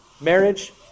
marriage